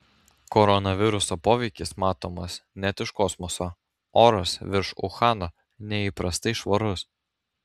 koronaviruso poveikis matomas net iš kosmoso oras virš uhano neįprastai švarus